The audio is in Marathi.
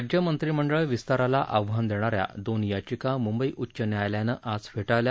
राज्यमंत्रिमंडळ विस्ताराला आव्हान देणा या दोन याचिका मुंबई उच्च न्यायालयानं आज फेटाळल्या